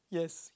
yes